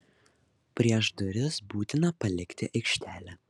prieš duris būtina palikti aikštelę